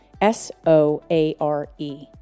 S-O-A-R-E